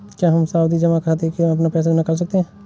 क्या हम सावधि जमा खाते से अपना पैसा निकाल सकते हैं?